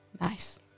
Nice